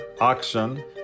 auction